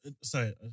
Sorry